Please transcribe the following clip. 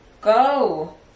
Go